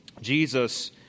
Jesus